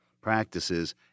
practices